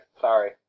sorry